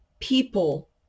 people